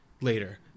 later